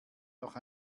noch